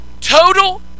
Total